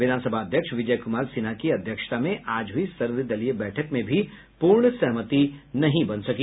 विधानसभा अध्यक्ष विजय कुमार सिन्हा की अध्यक्षता में आज हुई सर्वदलीय बैठक में भी पूर्ण सहमति नहीं बन सकी